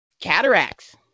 cataracts